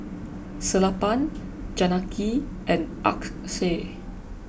Sellapan Janaki and Akshay